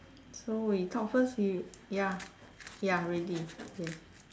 so we talk first we ya ya ready yes